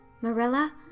Marilla